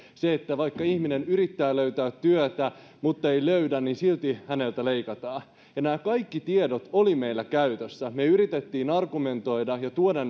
vaikka ihminen yrittää löytää työtä mutta ei löydä niin silti häneltä leikataan nämä kaikki tiedot olivat meillä käytössä me yritimme argumentoida ja tuoda